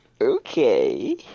Okay